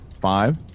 Five